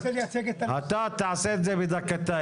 אני רוצה לייצג --- אתה תעשה את זה בשתי דקות,